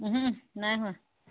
নাই হোৱা